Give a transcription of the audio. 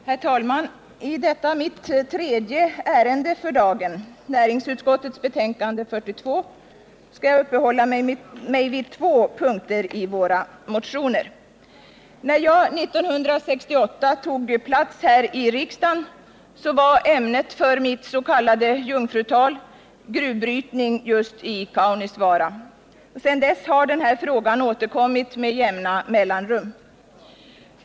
Herr talman! I detta mitt tredje ärende för dagen, näringsutskottets betänkande 1978/79:42, skall jag uppehålla mig vid två punkter i våra motioner. När jag 1968 tog plats här i riksdagen var ämnet för mitt s.k. jungfrutal gruvbrytningen just i Kaunisvaara. Sedan dess har denna fråga återkommit med jämna mellanrum.